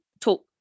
talk